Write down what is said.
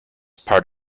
part